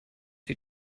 sie